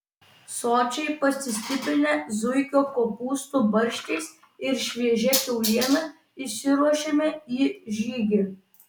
sočiai pasistiprinę zuikio kopūstų barščiais ir šviežia kiauliena išsiruošėme į žygį